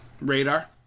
radar